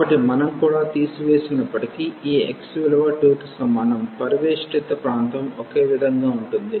కాబట్టి మనం కూడా తీసివేసినప్పటికీ ఈ x విలువ 2 కి సమానం పరివేష్టిత ప్రాంతం ఒకే విధంగా ఉంటుంది